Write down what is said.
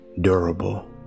durable